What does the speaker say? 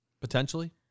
potentially